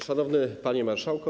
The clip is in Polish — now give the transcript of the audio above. Szanowny Panie Marszałku!